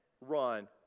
run